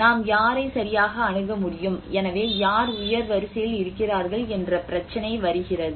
நாம் யாரை சரியாக அணுக முடியும் எனவே யார் உயர் வரிசையில் இருக்கிறார்கள் என்ற பிரச்சினை வருகிறது